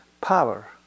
power